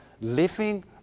living